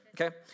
okay